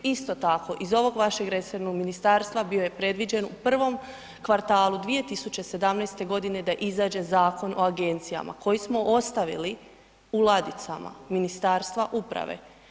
Isto tako, iz ovog vašeg resornog ministarstva, bio je previđen u prvom kvartalu 2017. godine da izađe Zakon o agencijama koji smo ostavili u ladicama Ministarstva uprave.